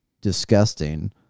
disgusting